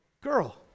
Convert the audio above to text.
girl